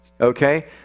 Okay